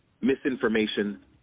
Misinformation